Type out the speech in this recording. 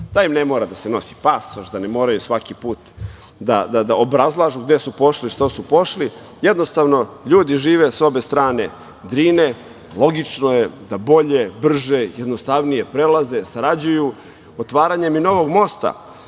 Em ne mora da se nosi pasoš, da ne moraju svaki put da obrazlažu gde su pošli, što su pošli, jednostavno, ljudi žive sa obe strane Drine i logično je da bolje, brže i jednostavnije prelaze, sarađuju. Otvaranjem i novog mosta